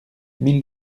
mille